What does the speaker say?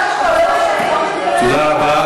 תודה רבה.